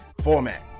format